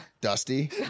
dusty